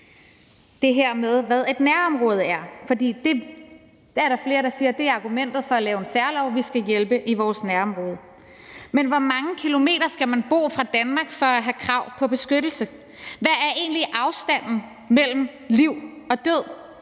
det her med, hvad et nærområde er, fordi der er flere, der siger, at argumentet for at lave en særlov er, at vi skal hjælpe i vores nærområde. Men hvor mange kilometer skal man bo fra Danmark for at have krav på beskyttelse? Hvad er egentlig afstanden mellem liv og død?